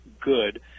good